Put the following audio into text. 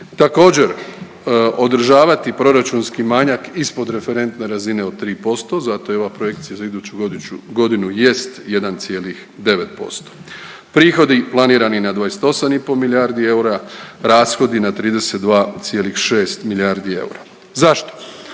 Također, održavati proračunski manjak ispod referentne razine od 3% zato i ova projekcija za iduću godinu jest 1,9%. Prihodi planirani na 28,5 milijardi eura, rashodi na 32,6 milijardi eura. Zašto?